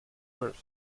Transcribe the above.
birth